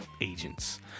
Agents